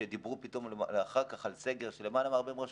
כשדיברו פתאום אחר כך על סגר של למעלה מ-40 רשויות,